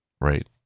right